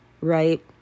right